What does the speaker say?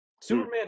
Superman